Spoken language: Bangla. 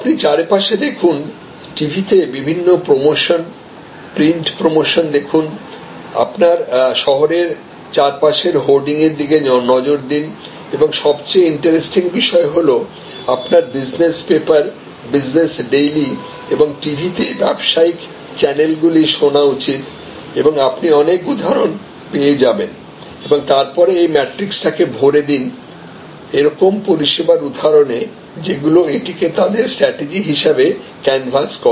আপনি চারপাশে দেখুন টিভিতে বিভিন্ন প্রমোশন পৃন্ট প্রমোশন দেখুন আপনার শহরে চারপাশের হোর্ডিংয়ের দিকে নজর দিন এবং সবচেয়ে ইন্টারেস্টিং বিষয় হল আপনার বিজনেস পেপার বিজনেস ডেইলি এবং টিভিতে ব্যবসায়িক চ্যানেলগুলি শোনা উচিত এবং আপনি অনেক উদাহরন পেয়ে যাবেন এবং তারপর এই ম্যাট্রিক্স টাকে ভরে দিন এরকম পরিষেবার উদাহরণে যেগুলি এটিকে তাদের স্ট্র্যাটেজি হিসাবে ক্যানভাস করে